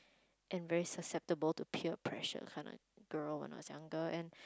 and very susceptible to peer pressure kinda girl when I was younger and